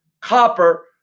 Copper